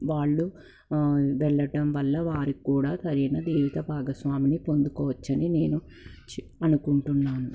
వాళ్ళు వెళ్ళటం వల్ల వారికి కూడా సరైన జీవిత భాగస్వామిని పొందుకోవచ్చని నేను చ అనుకుంటున్నాను